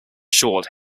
short